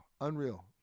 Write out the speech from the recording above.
Unreal